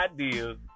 ideas